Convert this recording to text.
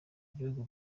gihugu